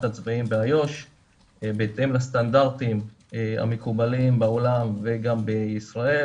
הצבאיים באיו"ש בהתאם לסטנדרטים המקובלים בעולם וגם בישראל.